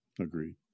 Agreed